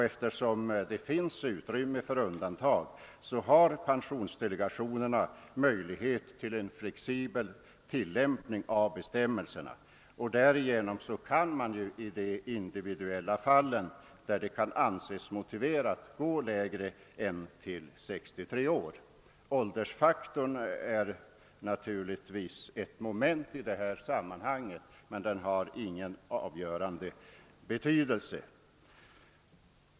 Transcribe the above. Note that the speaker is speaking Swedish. Eftersom det finns utrymme för undantag, har pensionsdelegationerna möjlighet till en flexibel tillämpning av bestämmelserna, och därigenom kan man i de individuella fallen, där så kan anses motiverat, gå ned under 63 års ålder. Åldersfaktorn är naturligtvis ett moment i detta sammanhang, men den har ingen avgörande betydelse.